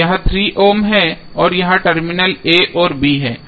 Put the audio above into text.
यह 3 ओम है और यह टर्मिनल a और b है